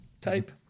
type